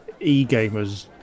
e-gamers